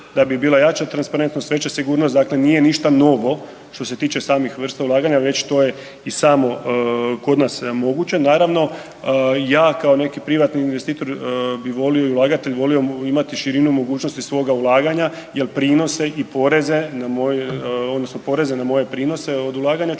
da bi bila veća transparentnost, veća sigurnost, dakle nije ništa novo što se tiče samih vrsta ulaganja već to je i samo kod nas moguće. Naravno ja kao neki privatni investitor bi volio i ulagati i volio imati širinu mogućnosti svoga ulaganja jel prinose i poreze odnosno poreze na moje prinose od ulaganja ću